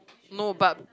no but